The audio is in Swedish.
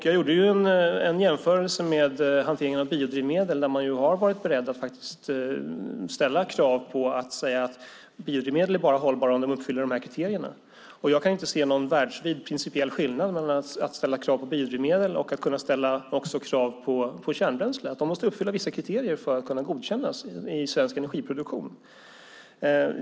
Jag gjorde en jämförelse med hanteringen av biodrivmedel, där man har varit beredd att faktiskt ställa krav och säga att biodrivmedel bara är hållbara om de uppfyller dessa kriterier. Jag kan inte se någon världsvid, principiell skillnad mellan att ställa krav på biodrivmedel och att ställa krav också på kärnbränslen och att vissa kriterier måste uppfyllas för att det ska godkännas i svensk energiproduktion.